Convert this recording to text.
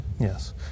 Yes